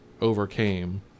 overcame